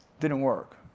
didn't work.